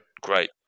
great